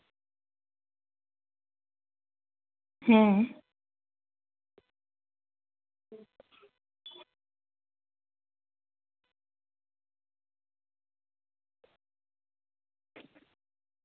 ᱦᱮᱸ